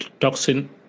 toxin